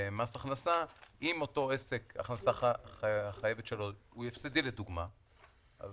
במס הכנסה, אם אותו עסק הוא הפסדי, לדוגמה, אז